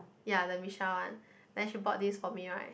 ya the Missha one then she brought this for me right